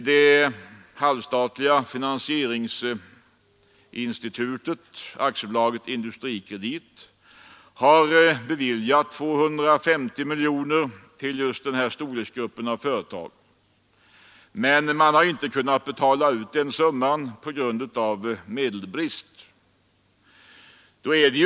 Det halvstatliga finansieringsinstitutet AB Industrikredit har beviljat 250 miljoner kronor till just denna storleksgrupp av företag men inte kunnat betala ut summan på grund av medelsbrist.